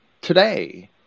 today